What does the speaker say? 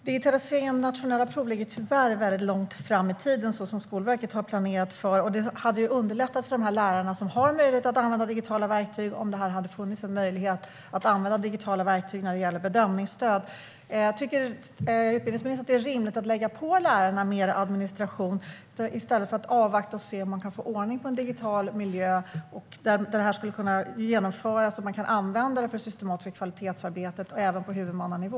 Herr talman! Digitaliseringen av nationella prov ligger tyvärr väldigt långt fram i tiden, så som Skolverket har planerat. Det hade underlättat för de lärare som har möjlighet att använda digitala verktyg om det hade funnits möjlighet att använda sådana när det gäller bedömningsstöd. Tycker utbildningsministern att det är rimligt att lägga på lärarna mer administration i stället för att avvakta och se om man kan få ordning på en digital miljö? Om det skulle kunna genomföras skulle man kunna använda det i det systematiska kvalitetsarbetet, även på huvudmannanivå.